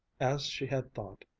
as she had thought,